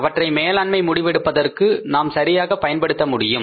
அவற்றை மேலாண்மை முடிவெடுப்பதற்கு நாம் சரியாக பயன்படுத்த முடியும்